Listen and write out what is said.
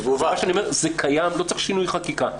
זה קיים, לא צריך שינוי חקיקה.